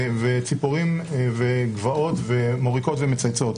ציפורים וגבעות מוריקות ומצייצות.